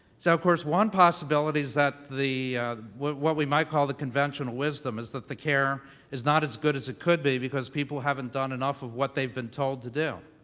so, of course, one possibility is that the what what we might call the conventional wisdom is that the care is not as good as it could be because people haven't done enough of what they've been told to do.